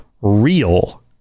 real